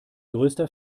größter